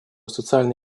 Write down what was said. социально